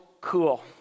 cool